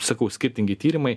sakau skirtingi tyrimai